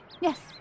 Yes